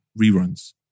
reruns